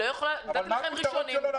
נתתי לכם לדבר ראשונים.